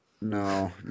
no